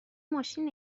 ماشین